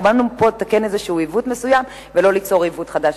באנו פה לתקן עיוות מסוים ולא ליצור עיוות חדש.